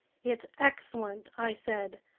it's excellent, i said,